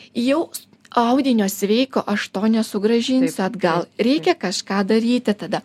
jau audinio sveiko aš to nesugrąžinsiu atgal reikia kažką daryti tada